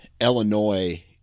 Illinois